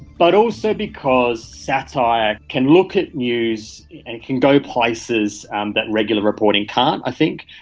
but also because satire can look at news and can go places um that regular reporting can't i think.